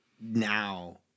now